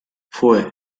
fue